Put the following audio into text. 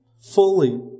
fully